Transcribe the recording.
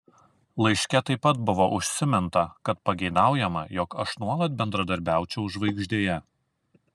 laiške taip pat buvo užsiminta kad pageidaujama jog aš nuolat bendradarbiaučiau žvaigždėje